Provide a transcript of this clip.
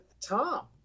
Tom